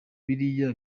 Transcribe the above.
biriya